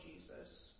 Jesus